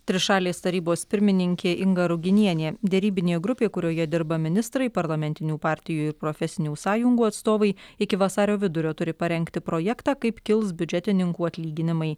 trišalės tarybos pirmininkė inga ruginienė derybinė grupė kurioje dirba ministrai parlamentinių partijų ir profesinių sąjungų atstovai iki vasario vidurio turi parengti projektą kaip kils biudžetininkų atlyginimai